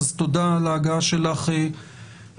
אז תודה על ההגעה שלך כאן.